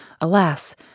Alas